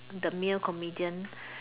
the male comedian